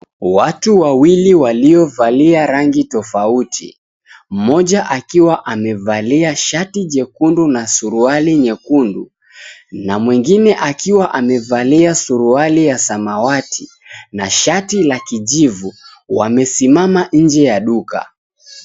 Watu wawili waliovalia rangi tofauti, mmoja akiwa amevalia shati jekundu na suruali nyekundu na mwingine akiwa amevalia suruali ya samawati na shati la kijivu wamesimama nje ya duka.